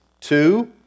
Two